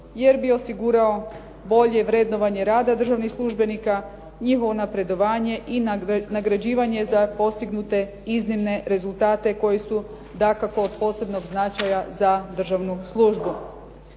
jer bi osigurao bolje vrednovanje rada državnih službenika, njihovo napredovanje i nagrađivanje za postignute iznimne rezultate koji su dakako od posebnog značaja za državnu službu.